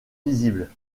visibles